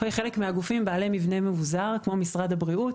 חלק מהגופים בעלי מבנה מבוזר כמו משרד הבריאות,